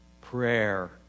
Prayer